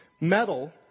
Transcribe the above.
Metal